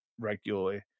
regularly